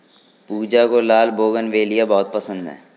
पूजा को लाल बोगनवेलिया बहुत पसंद है